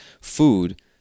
food